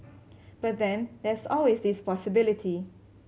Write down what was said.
but then there's always this possibility